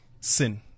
sin